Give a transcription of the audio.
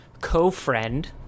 co-friend